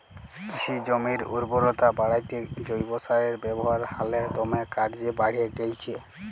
কিসি জমির উরবরতা বাঢ়াত্যে জৈব সারের ব্যাবহার হালে দমে কর্যে বাঢ়্যে গেইলছে